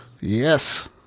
Yes